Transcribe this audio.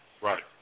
Right